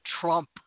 Trump